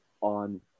on